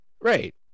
Right